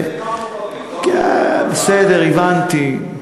אני לא, כן, בסדר, הבנתי.